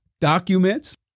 documents